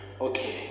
Okay